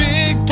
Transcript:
Big